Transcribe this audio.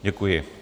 Děkuji.